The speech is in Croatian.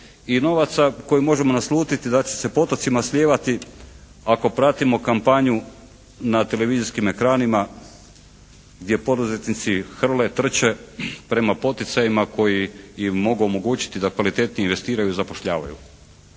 i novaca koje možemo naslutiti da će se potocima slijevati ako pratimo kampanju na televizijskim ekranima gdje poduzetnici hrle, trče prema poticajima koji im mogu omogućiti da kvalitetnije investiraju i zapošljavaju.